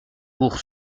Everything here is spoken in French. pour